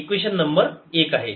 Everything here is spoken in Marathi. हे इक्वेशन नंबर एक आहे